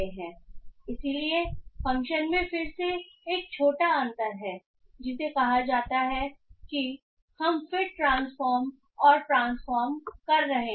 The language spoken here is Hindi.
इसलिए फ़ंक्शन में फिर से एक छोटा अंतर है जिसे कहा जाता है कि हम फिट ट्रांसफार्म और ट्रांसफार्म कर रहे हैं